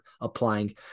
applying